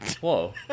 Whoa